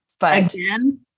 Again